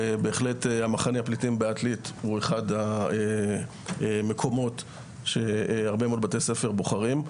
ובהחלט מחנה הפליטים בעתלית הוא אחד מקומות שהרבה מאוד בתי ספר בוחרים.